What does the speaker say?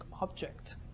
object